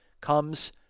comes